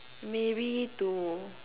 maybe to